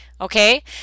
okay